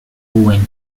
wen